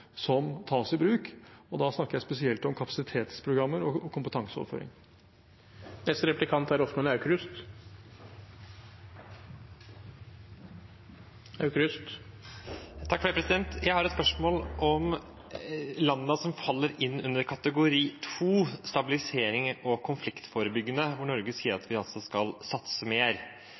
verktøyene tas i bruk. Da snakker jeg spesielt om kapasitetsprogrammer og kompetanseoverføring. Jeg har et spørsmål om landene som faller inn under kategori 2 for stabilisering og konfliktforebygging, hvor Norge sier at vi skal satse mer.